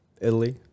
Italy